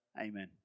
amen